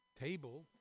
table